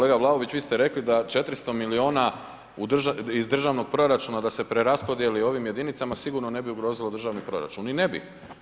Kolega Vlaović, vi ste rekli da 400 milijuna iz državnog proračuna da se preraspodjeli ovim jedinicama sigurno ne bi ugrozilo državni proračun, ni ne bi.